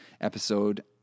episode